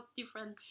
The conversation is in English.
different